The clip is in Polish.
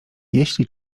jeśli